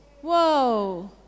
Whoa